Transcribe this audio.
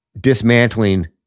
dismantling